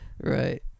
Right